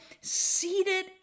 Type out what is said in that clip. seated